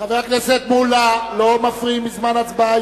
חבר הכנסת מולה, לא מפריעים בזמן ההצבעה.